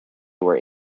were